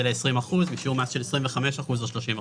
ל-20 אחוזים בשיעור מס של 25 אחוזים או 30 אחוזים.